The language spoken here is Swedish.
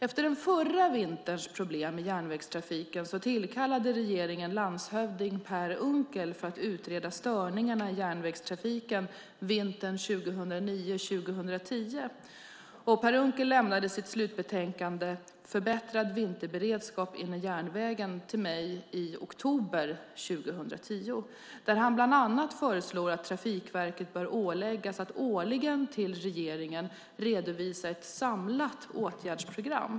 Efter den förra vinterns problem i järnvägstrafiken tillkallade regeringen landshövding Per Unckel för att utreda störningarna i järnvägstrafiken vintern 2009/2010. Per Unckel lämnade sitt slutbetänkande Förbättrad vinterberedskap inom järnvägen till mig i oktober 2010 där han bland annat föreslår att Trafikverket bör åläggas att årligen till regeringen redovisa ett samlat åtgärdsprogram.